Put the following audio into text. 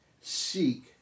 seek